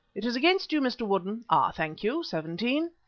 it is against you, mr woodden. ah! thank you, seventeen.